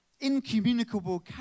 Incommunicable